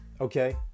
Okay